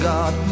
God